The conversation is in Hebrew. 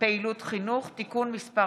פעילות חינוך) (תיקון מס'